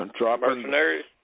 Mercenaries